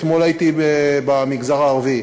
אתמול הייתי במגזר הערבי,